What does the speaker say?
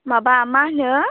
माबा मा होनो